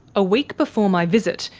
a week before my visit,